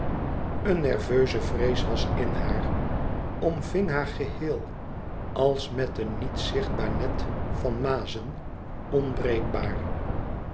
eene nerveuze vrees was in haar omving haar geheel als met een niet zichtbaar net van mazen